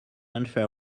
unfair